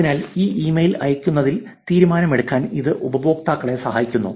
അതിനാൽ ഈ ഇമെയിൽ അയയ്ക്കുന്നതിൽ തീരുമാനമെടുക്കാൻ ഇത് ഉപയോക്താക്കളെ സഹായിക്കുന്നു